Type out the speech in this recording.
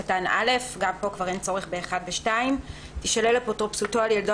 קטן (א)" גם פה כבר אין צורך ב-(1) ו-(2) "תישלל אפוטרופסותו על ילדו